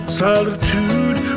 solitude